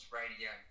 radio